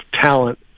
talent